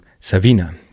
Savina